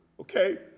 okay